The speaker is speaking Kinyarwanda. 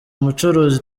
mucuruzi